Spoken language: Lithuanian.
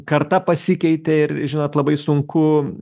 karta pasikeitė ir žinot labai sunku